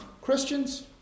Christians